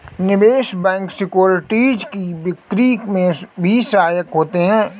निवेश bank securities की बिक्री में भी सहायक होते हैं